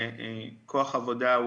בכוח עבודה,